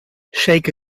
shake